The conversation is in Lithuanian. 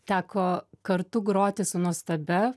teko kartu groti su nuostabia